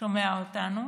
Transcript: שומע אותנו,